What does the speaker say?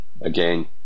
again